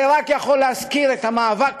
זה רק יכול להזכיר את המאבק